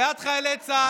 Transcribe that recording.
בעד חיילי צה"ל.